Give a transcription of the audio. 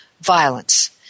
violence